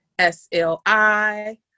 SLI